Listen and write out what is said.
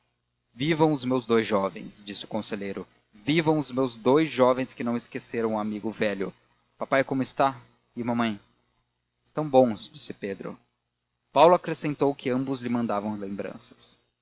vivam os meus dous jovens disse o conselheiro vivam os meus dous jovens que não esqueceram o amigo velho papai como está e mamãe estão bons disse pedro paulo acrescentou que ambos lhe mandavam lembranças